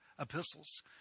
Epistles